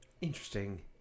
interesting